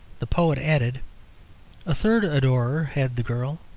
the poet added a third adorer had the girl,